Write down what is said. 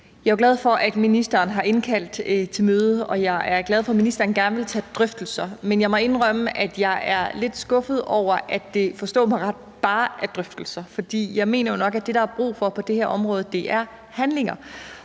Jeg er jo glad for, at ministeren har indkaldt til møde, og jeg er glad for, at ministeren gerne vil tage drøftelserne. Men jeg må indrømme, at jeg er lidt skuffet over, at det, forstå mig ret, bare er drøftelser. For jeg mener, at det, der er brug for på det her område, er handlinger.